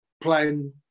playing